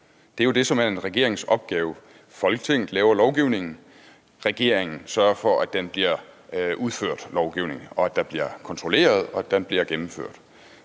Det er jo det, der er en regerings opgave. Folketinget laver lovgivningen, og regeringen sørger for, at lovgivningen bliver udført, kontrolleret og gennemført.